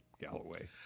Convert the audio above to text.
Galloway